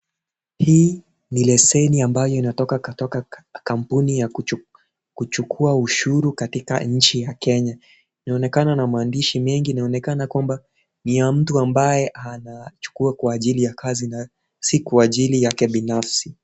Hii ni leseni ambayo inatoka kutoka kampuni ya kuchukua ushuru katika nchi ya Kenya. Inaonekana na maandishi mengi, inaonekana kwamba ni ya mtu ambaye anachukua kwa ajili ya kazi si kwa ajili yake binafsi.